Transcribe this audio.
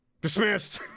dismissed